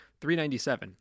397